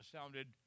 sounded